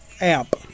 Amp